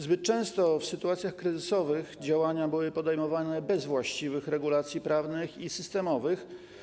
Zbyt często w sytuacjach kryzysowych działania były podejmowane bez właściwych regulacji prawnych i systemowych.